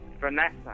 Vanessa